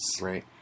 Right